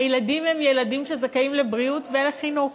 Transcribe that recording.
הילדים הם ילדים שזכאים לבריאות ולחינוך,